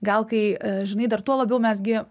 gal kai žinai dar tuo labiau mes gi